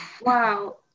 Wow